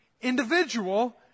individual